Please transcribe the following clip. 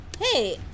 Hey